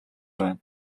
байна